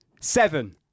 Seven